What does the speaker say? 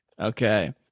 Okay